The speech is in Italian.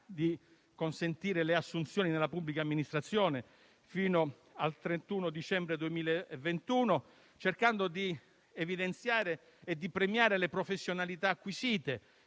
di consentire le assunzioni nella pubblica amministrazione fino al 31 dicembre 2021, cercando di evidenziare e di premiare le professionalità acquisite,